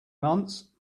months